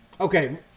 okay